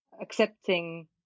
accepting